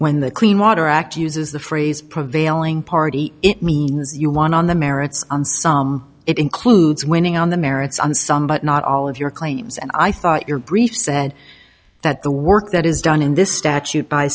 when the clean water act uses the phrase prevailing party it means you won on the merits on some it includes winning on the merits on some but not all of your claims and i thought your brief said that the work that is done in this statute by